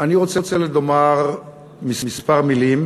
אני רוצה לומר כמה מילים